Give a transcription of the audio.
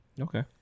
Okay